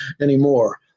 anymore